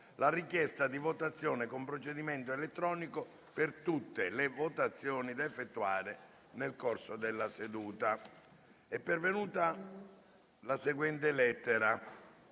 la richiesta di votazione con procedimento elettronico per tutte le votazioni da effettuare nel corso della seduta. La richiesta è accolta